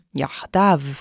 yahdav